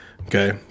Okay